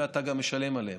ואתה גם משלם עליהן.